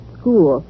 school